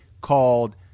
called